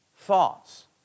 thoughts